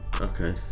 okay